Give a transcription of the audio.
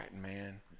man